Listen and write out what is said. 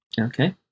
Okay